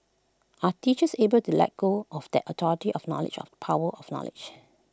are teachers able to let go of that authority of knowledge of power of knowledge